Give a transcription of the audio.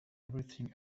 everything